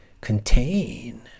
contain